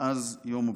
מאז יום הבחירות.